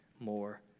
more